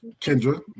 Kendra